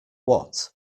what